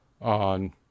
on